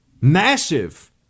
massive